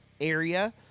area